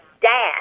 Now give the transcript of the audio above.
dad